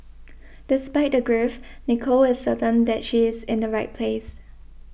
despite the grief Nicole is certain that she is in the right place